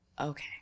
okay